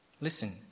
Listen